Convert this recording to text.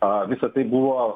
a visa tai buvo